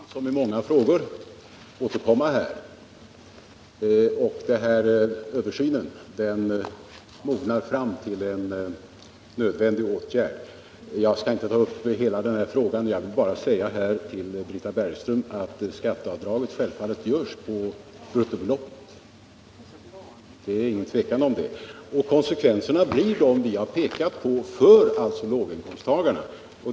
Herr talman! Vi får väl, här som i många andra frågor, återkomma. Den här översynen mognar fram till en nödvändig åtgärd. Jag skall inte ta upp hela den här frågan. Jag vill bara säga till Britta Bergström att skatteavdraget självfallet görs på bruttobeloppet. Konsekvenserna för låginkomsttagarna blir de som vi har pekat på.